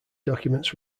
documents